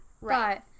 Right